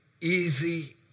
easy